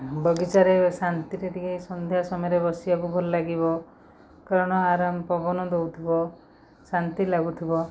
ବଗିଚାରେ ଶାନ୍ତିରେ ଟିକେ ସନ୍ଧ୍ୟା ସମୟରେ ବସିବାକୁ ଭଲ ଲାଗିବ କାରଣ ଆରାମ ପବନ ଦେଉଥିବ ଶାନ୍ତି ଲାଗୁଥିବ